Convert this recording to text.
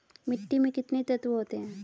मिट्टी में कितने तत्व होते हैं?